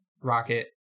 rocket